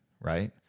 right